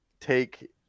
Take